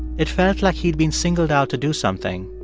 it felt like he'd been singled out to do something,